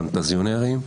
פנטזיונרים,